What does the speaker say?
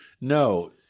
No